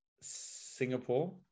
Singapore